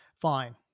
fine